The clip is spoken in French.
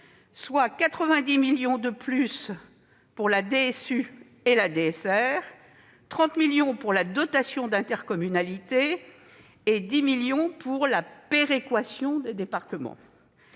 dont 90 millions pour la DSU et la DSR, 30 millions pour la dotation d'intercommunalité et 10 millions pour la péréquation des départements.